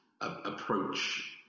approach